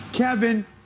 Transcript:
Kevin